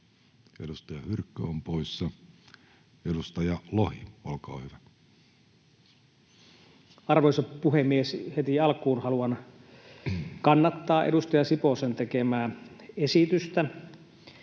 edustaja Hyrkkö on poissa. — Edustaja Lohi, olkaa hyvä. Arvoisa puhemies! Heti alkuun haluan kannattaa edustaja Siposen tekemää esitystä.